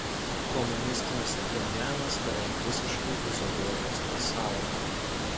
komunistinis pchenjanas beveik visiškai izoliuotas pasaulio